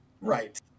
Right